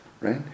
right